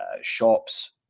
shops